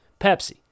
Pepsi